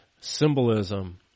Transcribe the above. symbolism